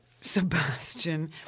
Sebastian